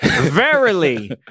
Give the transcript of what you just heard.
Verily